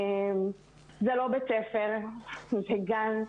זה לא בית ספר, זה גן.